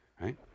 right